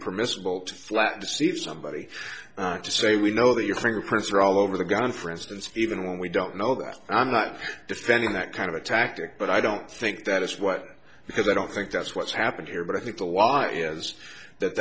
permissible to flat deceive somebody to say we know that your fingerprints are all over the gun for instance even when we don't know that i'm not defending that kind of a tactic but i don't think that is what because i don't think that's what's happened here but i think the law is that